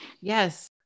yes